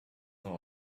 not